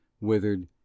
withered